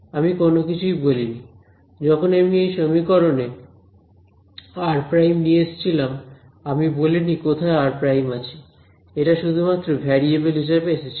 আমি কোন কিছুই বলিনি যখন আমি এই সমীকরণে r নিয়ে এসেছিলাম আমি বলিনি কোথায় r আছে এটা শুধুমাত্র ভ্যারিয়েবল হিসাবে এসেছিল